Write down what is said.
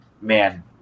Man